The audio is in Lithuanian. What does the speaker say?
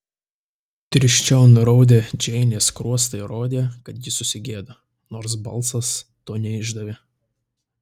tirščiau nuraudę džeinės skruostai rodė kad ji susigėdo nors balsas to neišdavė